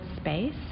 space